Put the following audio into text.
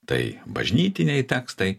tai bažnytiniai tekstai